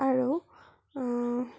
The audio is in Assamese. আৰু